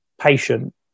patient